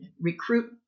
recruit